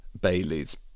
Baileys